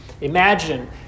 imagine